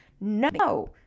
no